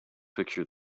picture